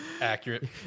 Accurate